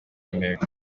nteko